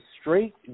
straight